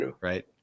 Right